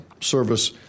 Service